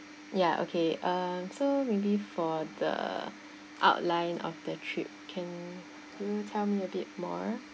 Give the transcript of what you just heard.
ya okay uh so maybe for the outline of the trip can you tell me a bit more